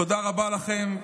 תודה רבה לכם.